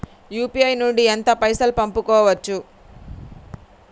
UPI నుండి ఎంత పైసల్ పంపుకోవచ్చు?